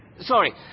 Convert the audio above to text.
Sorry